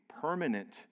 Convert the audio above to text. permanent